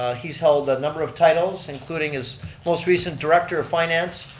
he's held the number of titles, including his most recent, director of finance.